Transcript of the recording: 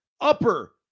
upper